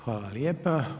Hvala lijepa.